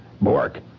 Bork